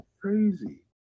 crazy